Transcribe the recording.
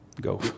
go